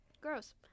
Gross